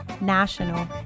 national